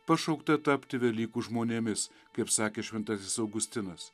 pašaukta tapti velykų žmonėmis kaip sakė šventasis augustinas